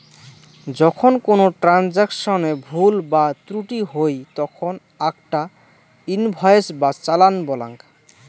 যখন কোনো ট্রান্সাকশনে ভুল বা ত্রুটি হই তখন আকটা ইনভয়েস বা চালান বলাঙ্গ